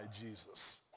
Jesus